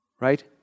right